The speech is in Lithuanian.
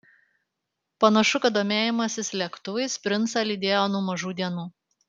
panašu kad domėjimasis lėktuvais princą lydėjo nuo mažų dienų